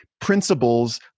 principles